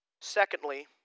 Secondly